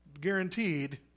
guaranteed